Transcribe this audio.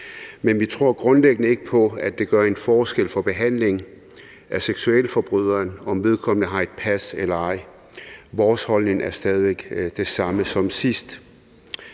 men vi tror grundlæggende ikke på, at det gør en forskel for behandlingen af seksualforbryderen, om vedkommende har et pas eller ej. Vores holdning er stadig væk den samme som sidst.